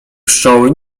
pszczoły